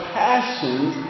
passions